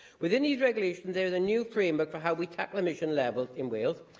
within these regulations, there is a new framework for how we tackle emissions levels in wales.